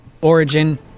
Origin